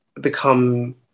become